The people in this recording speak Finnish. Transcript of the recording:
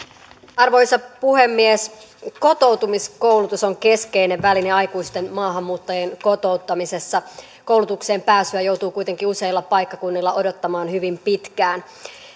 arvoisa puhemies kotoutumiskoulutus on keskeinen väline aikuisten maahanmuuttajien kotouttamisessa koulutukseen pääsyä joutuu kuitenkin useilla paikkakunnilla odottamaan hyvin pitkään